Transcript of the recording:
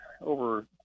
over